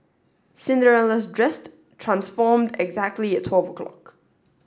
Cinderella's dress transformed exactly at twelve o'clock